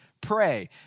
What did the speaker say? pray